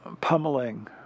pummeling